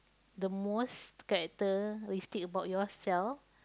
the most characteristic about yourself